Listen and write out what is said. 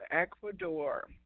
Ecuador